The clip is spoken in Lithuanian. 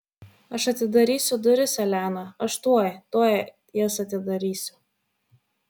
aš atidarysiu duris elena aš tuoj tuoj jas atidarysiu